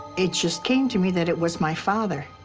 it just came to me that it was my father.